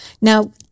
Now